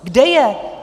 Kde je?